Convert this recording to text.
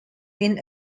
been